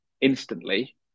instantly